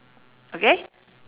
okay